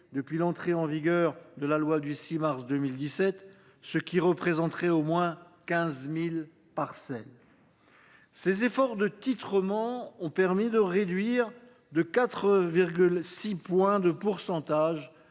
depuis l’entrée en vigueur de la loi du 6 mars 2017, ce qui représenterait au moins 15 000 parcelles. Ces efforts de titrement ont permis de réduire de 4,6 points de pourcentage